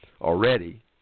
already